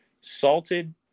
salted